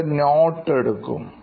എന്നിട്ട് നോട്സ് എടുക്കും